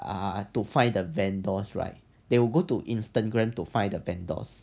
ah to find the vendors right they will go to instagram to find the vendors